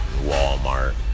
Walmart